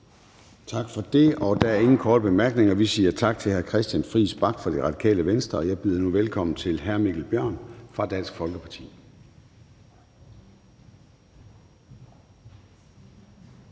Tak for det, og der er ingen korte bemærkninger. Vi siger tak til hr. Christian Friis Bach fra Radikale Venstre, og jeg byder nu velkommen til hr. Mikkel Bjørn fra Dansk Folkeparti.